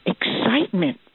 excitement